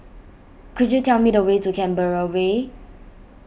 could you tell me the way to Canberra Way